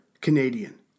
Canadian